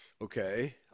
Okay